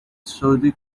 saudi